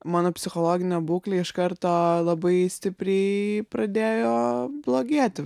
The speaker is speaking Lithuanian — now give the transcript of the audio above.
mano psichologinė būklė iš karto labai stipriai pradėjo blogėti